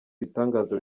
ibitangaza